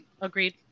agreed